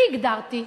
אני הגדרתי.